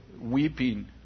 weeping